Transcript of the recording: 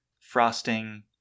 frosting